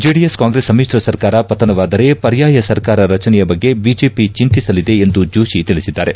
JDS Congress ಸಮಿಶ್ರ ಸರ್ಕಾರ ಪತನವಾದರೆ ಪರ್ಯಾಯ ಸರ್ಕಾರ ರಚನೆಯ ಬಗ್ಗೆ ಬಿಜೆಪಿ ಚಿಂತಿಸಲಿದೆ ಎಂದು ಜೋಶಿ ತಿಳಿಸಿದ್ದಾರೆ